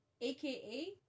AKA